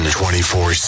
24